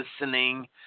listening